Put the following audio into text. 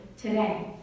today